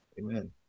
Amen